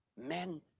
men